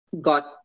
got